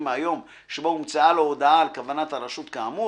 מהיום שבו הומצאה לו הודעה על כוונת הרשות כאמור,